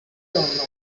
nonno